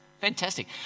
Fantastic